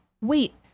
Wait